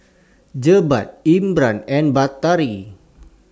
Jebat Imran and Batari